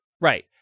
Right